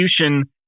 execution